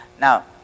now